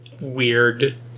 weird